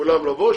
וכולם לבוא,